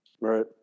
Right